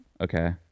Okay